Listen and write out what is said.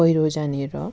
पैह्रो जाने र